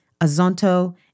azonto